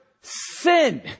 sin